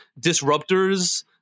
disruptors